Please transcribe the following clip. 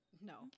no